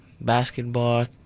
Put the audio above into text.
Basketball